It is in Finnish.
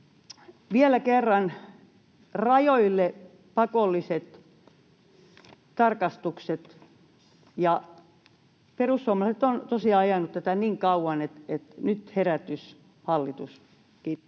vielä kerran — rajoille pakolliset tarkastukset. Perussuomalaiset ovat tosiaan ajaneet tätä niin kauan, että nyt herätys, hallitus! — Kiitos.